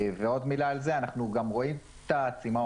--- ועוד מילה על זה אנחנו גם רואים את הצימאון.